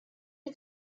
you